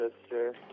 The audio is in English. sister